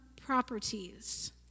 properties